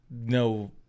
No